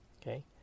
Okay